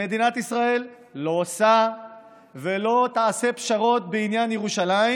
שמדינת ישראל לא עושה ולא תעשה פשרות בעניין ירושלים,